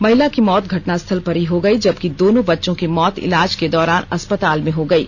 महिला की मौत घटना स्थल पर ही हो गयी जबकि दोनों बच्चों की मौत इलाज के दौरान अस्पताल में हो गयी